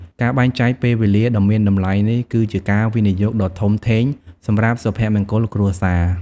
ការបែងចែកពេលវេលាដ៏មានតម្លៃនេះ គឺជាការវិនិយោគដ៏ធំធេងសម្រាប់សុភមង្គលគ្រួសារ។